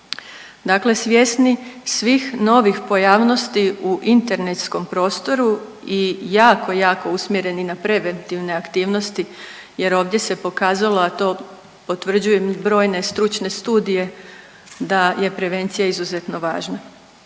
Dakle svjesni svih novih pojavnosti u internetskom prostoru i jako, jako usmjereni na preventivne aktivnosti jer ovdje se pokazalo, a to potvrđuju i brojne stručne studije da je prevencija izuzetno važna,